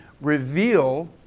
reveal